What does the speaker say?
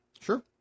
Sure